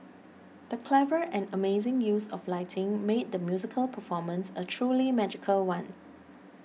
the clever and amazing use of lighting made the musical performance a truly magical one